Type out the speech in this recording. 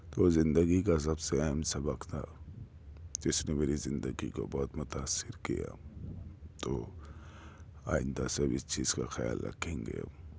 تو یہ زندگی کا سب سے اہم سبق تھا جس نے میری زندگی کو بہت متاثر کیا تو آئندہ سے بھی اس چیز کا خیال رکھیں گے